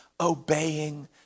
obeying